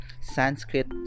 Sanskrit